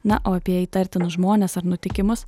na o apie įtartinus žmones ar nutikimus